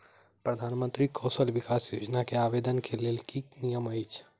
प्रधानमंत्री कौशल विकास योजना केँ आवेदन केँ लेल की नियम अछि?